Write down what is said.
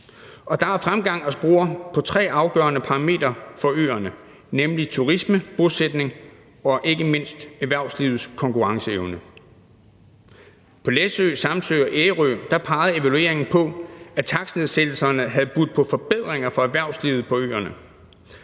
der er fremgang at spore på tre afgørende parametre for øerne, nemlig turisme, bosætning og ikke mindst erhvervslivets konkurrenceevne. På Læsø, Samsø og Ærø pegede evalueringen på, at takstnedsættelserne havde budt på forbedringer for erhvervslivet på øerne,